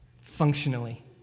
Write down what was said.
functionally